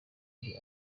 muri